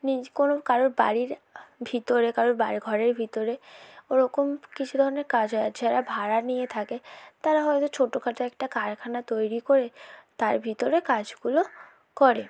নিজ কোনো কারুর বাড়ির ভিতরে কারুর বা ঘরের ভিতরে ওরকম কিছু ধরনের কাজ আছে আর যারা ভাড়া নিয়ে থাকে তারা হয়তো ছোটোখাটো একটা কারখানা তৈরি করে তার ভিতরে কাজগুলো করে